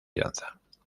danza